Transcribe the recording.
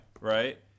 right